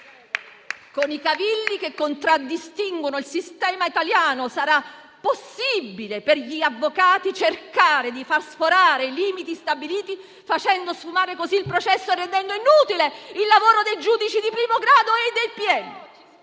Con i cavilli che contraddistinguono il sistema italiano, sarà possibile per gli avvocati cercare di far sforare i limiti stabiliti facendo sfumare così il processo e rendendo inutile il lavoro dei giudici di primo grado e del